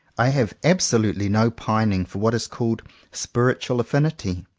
i have absolutely no pining for what is called spiritual af finity.